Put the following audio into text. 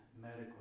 medically